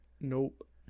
Nope